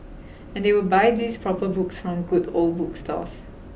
and they would buy these proper books from good old bookstores